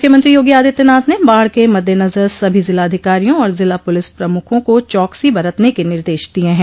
मुख्यमंत्री योगी आदित्यनाथ ने बाढ़ के मद्देनजर सभी जिलाधिकारियों और जिला पुलिस प्रमुखों को चौकसी बरतने के निर्देश दिये हैं